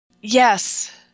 Yes